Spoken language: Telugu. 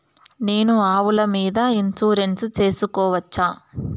నేను ఆవుల మీద ఇన్సూరెన్సు సేసుకోవచ్చా?